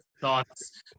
thoughts